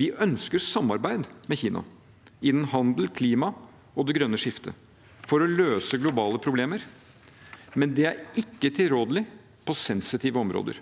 Vi ønsker samarbeid med Kina innen handel, klima og det grønne skiftet for å løse globale problemer, men det er ikke tilrådelig på sensitive områder.